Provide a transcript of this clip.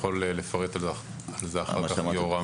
ויכול לפרט על זה אחר כך יורם.